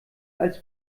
als